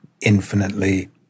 infinitely